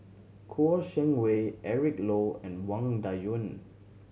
Kouo Shang Wei Eric Low and Wang Dayuan